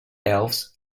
elves